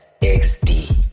XD